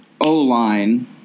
O-line